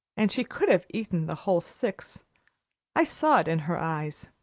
and she could have eaten the whole six i saw it in her eyes.